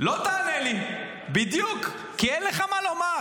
לא תענה לי, בדיוק, כי אין לך מה לומר.